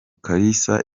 kalisa